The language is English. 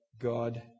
God